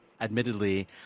admittedly